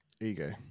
Ego